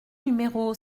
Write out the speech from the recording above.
numéro